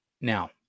Now